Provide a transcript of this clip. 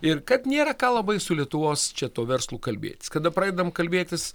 ir kad nėra ką labai su lietuvos čia tuo verslu kalbėtis kada pradedam kalbėtis